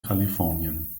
kalifornien